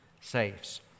saves